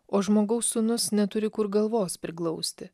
o žmogaus sūnus neturi kur galvos priglausti